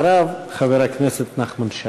אחריו, חבר הכנסת נחמן שי.